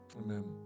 Amen